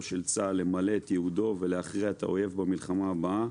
של צה"ל למלא את ייעודו ולהכריע את האויב במלחמה הבאה,